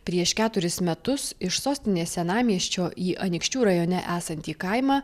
prieš keturis metus iš sostinės senamiesčio į anykščių rajone esantį kaimą